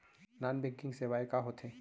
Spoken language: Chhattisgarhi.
नॉन बैंकिंग सेवाएं का होथे?